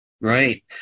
Right